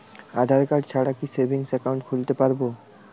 আধারকার্ড ছাড়া কি savings account খুলতে পারব?